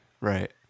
right